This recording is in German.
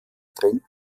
trend